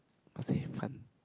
must have fun